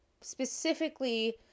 specifically